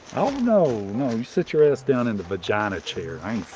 oh, no. no you sit your ass down in the vagina chair i ain't